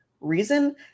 reason